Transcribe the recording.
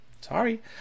sorry